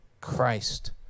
christ